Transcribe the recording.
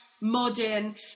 modern